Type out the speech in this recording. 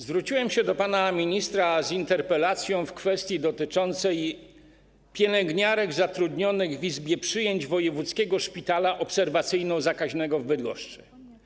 Zwróciłem się do pana ministra z interpelacją w sprawie dotyczącej pielęgniarek zatrudnionych w izbie przyjęć Wojewódzkiego Szpitala Obserwacyjno-Zakaźnego w Bydgoszczy.